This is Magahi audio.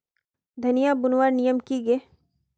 धनिया बूनवार नियम की गे?